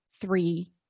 three